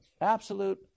Absolute